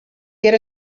get